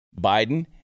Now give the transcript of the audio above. Biden